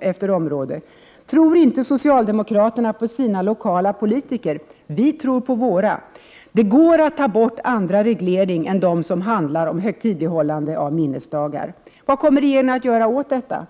efter område? Tror inte socialdemokraterna på sina lokala politiker? Vi tror på våra. Det går att ta bort andra regler än dem som handlar om högtidlighållande av minnesdagar. Vad kommer regeringen att göra åt detta?